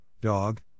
dog